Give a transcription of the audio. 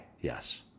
Yes